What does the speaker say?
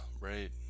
right